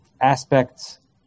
aspects